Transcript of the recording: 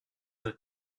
the